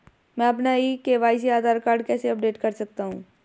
मैं अपना e KYC Aadhaar card कैसे अपडेट कर सकता हूँ?